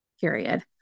period